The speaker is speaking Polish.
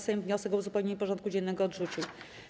Sejm wniosek o uzupełnienie porządku dziennego odrzucił.